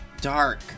Dark